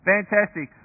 Fantastic